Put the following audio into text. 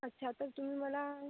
अच्छा तर तुम्ही मला